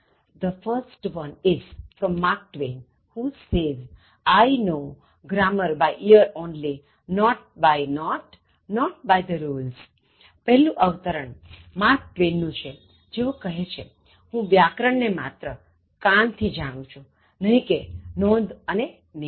The first one is from Mark Twain who says "I know grammar by ear only not by note not by the rules પહેલું અવતરણ Mark ટ્વેનનું છેજેઓ કહે છેહું વ્યાકરણ ને માત્ર કાન થી જાણું છુંનહી કે નોંધ અને નિયમથી